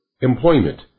employment